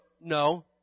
No